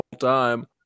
time